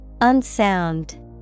Unsound